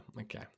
Okay